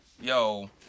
yo